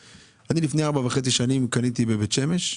לפני ארבע וחצי שנים קנה בבית שמש,